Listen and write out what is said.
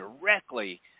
directly